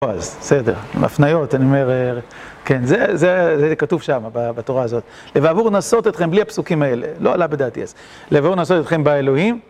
אז בסדר, עם הפניות, אני אומר, כן, זה, זה, זה כתוב שם, בתורה הזאת. "לבעבור נסות אתכם", בלי הפסוקים האלה, לא עלה בדעתי אז, "לבעבור נסות אתכם באלוהים".